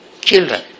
children